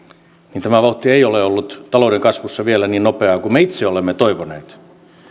niin tämä vauhti ei ole ollut talouden kasvussa vielä niin nopeaa kuin me itse olemme toivoneet